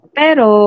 pero